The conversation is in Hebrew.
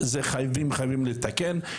חייבים חייבים לתקן את זה.